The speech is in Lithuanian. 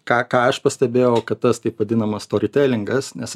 ką ką aš pastebėjau kad tas taip vadinamas storitelingas nes